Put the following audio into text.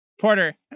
Porter